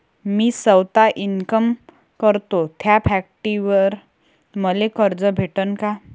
मी सौता इनकाम करतो थ्या फॅक्टरीवर मले कर्ज भेटन का?